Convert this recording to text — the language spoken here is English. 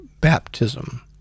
baptism